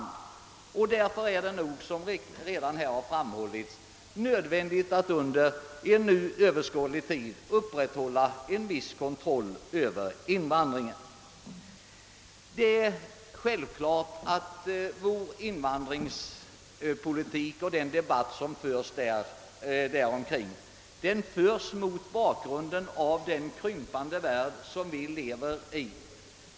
Därför är det, som redan framhållits, nödvändigt att under en nu överskådlig tid upprätthålla en viss kontroll över invandringen. Det är självklart att vår invandringspolitik och debatten därom förs mot bakgrund av den krympande värld vi lever i.